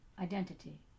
identity